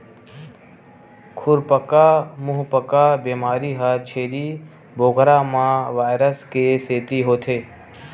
खुरपका मुंहपका बेमारी ह छेरी बोकरा म वायरस के सेती होथे